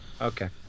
okay